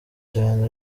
cyane